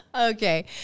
Okay